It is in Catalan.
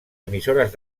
emissores